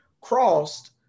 crossed